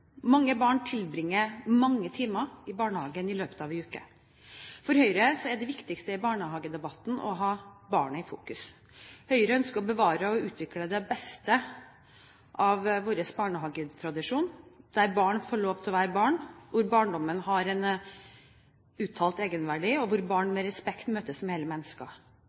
Mange barn tilbringer mange timer i barnehagen i løpet av en uke. For Høyre er det viktigste i barnehagedebatten å ha barnet i fokus. Høyre ønsker å bevare og utvikle det beste av vår barnehagetradisjon, der barn får lov til å være barn, hvor barndommen har en uttalt egenverdi, og hvor barn møtes med respekt som hele mennesker.